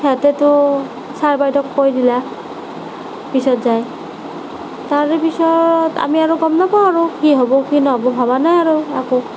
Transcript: সিহঁতেতো ছাৰ বাইদেউক কৈ দিলে পিছত যায় তাৰেপিছত আমি আৰু গম নাপাওঁ আৰু কি হ'ব কি নহ'ব ভবা নাই আৰু একো